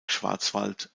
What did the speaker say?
schwarzwald